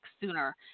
sooner